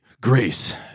grace